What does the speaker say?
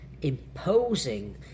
imposing